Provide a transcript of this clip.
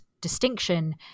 distinction